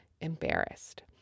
embarrassed